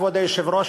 כבוד היושב-ראש,